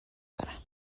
دارم